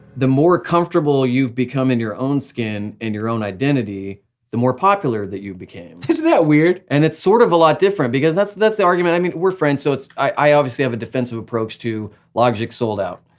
the more comfortable you've become in your own skin and you're own identity the more popular that you became. isn't that weird? and it's sort of a lot different because that's that's the argument, i mean we're friends so i obviously have a defensive approach to logic's sold out,